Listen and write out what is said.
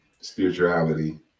spirituality